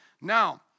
Now